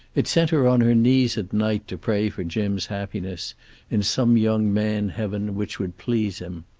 it sent her on her knees at night to pray for jim's happiness in some young-man heaven which would please him.